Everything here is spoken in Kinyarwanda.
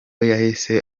yahise